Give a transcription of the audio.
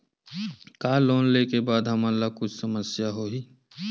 का लोन ले के बाद हमन ला कुछु समस्या होही?